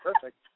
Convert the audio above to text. Perfect